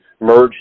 merge